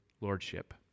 lordship